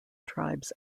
tribes